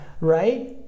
right